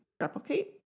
replicate